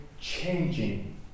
changing